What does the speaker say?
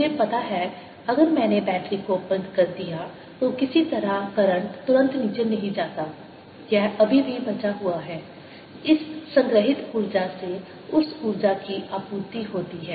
मुझे पता है अगर मैंने बैटरी को बंद कर दिया तो किसी तरह करंट तुरंत नीचे नहीं जाता यह अभी भी बचा हुआ है इस संग्रहित ऊर्जा से उस ऊर्जा की आपूर्ति होती है